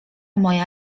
moja